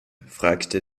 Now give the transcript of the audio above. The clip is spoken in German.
fragte